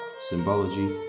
symbology